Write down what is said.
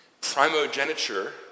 Primogeniture